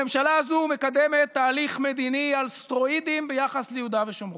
הממשלה הזו מקדמת תהליך מדיני על סטרואידים ביחס ליהודה ושומרון.